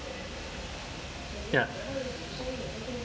ya